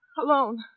Alone